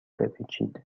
بپیچید